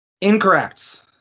Incorrect